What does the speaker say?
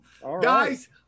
Guys